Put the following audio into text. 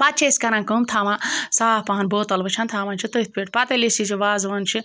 پَتہٕ چھِ أسۍ کَران کٲم تھَوان صاف پَہَن بوتَل وُچھان تھَوان چھِ تٔتھۍ پٮ۪ٹھ پَتہٕ ییٚلہِ أسۍ یہِ وازوان چھِ